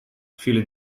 viel